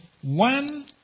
one